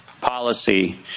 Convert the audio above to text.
policy